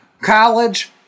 college